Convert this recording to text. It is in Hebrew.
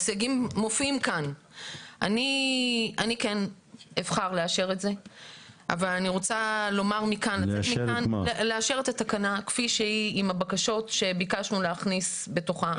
אני כן אבחר לאשר את התקנה כפי עם הבקשות שביקשנו להכניס לתוכה.